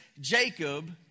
Jacob